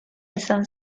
izan